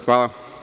Hvala.